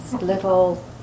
little